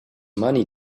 money